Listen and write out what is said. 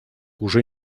уже